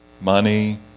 money